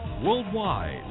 worldwide